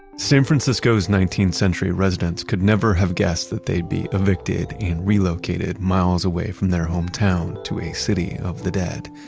san francisco's nineteenth century residents could never have guessed that they'd be evicted and relocated miles away from their hometown to a city of the dead,